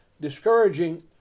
discouraging